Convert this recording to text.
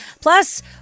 Plus